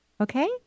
Okay